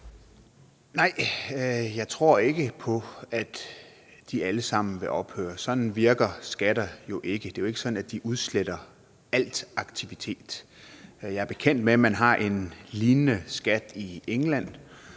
Nej, jeg tror ikke på, at de alle sammen vil ophøre. Sådan virker skatter jo ikke. Det er jo ikke sådan, at de udsletter al aktivitet. Jeg er bekendt med, at man har en lignende skat i England.